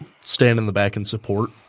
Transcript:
stand-in-the-back-and-support